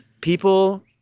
people